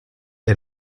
est